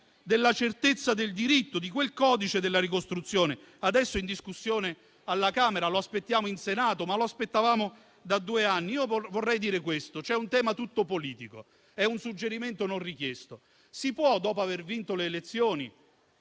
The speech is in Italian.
della certezza del diritto, di quel codice della ricostruzione adesso in discussione alla Camera. Lo aspettiamo in Senato, ma lo aspettavamo da due anni. Io vorrei dire che c'è un tema tutto politico. È un suggerimento non richiesto: si può, dopo aver vinto le elezioni,